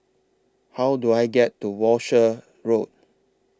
How Do I get to Walshe Road